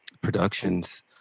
productions